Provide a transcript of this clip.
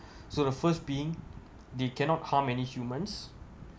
so the first being they cannot harm many humans